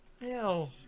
Ew